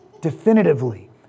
definitively